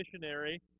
missionary